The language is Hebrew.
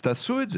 תעשו את זה.